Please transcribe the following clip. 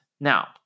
Now